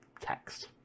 text